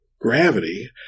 gravity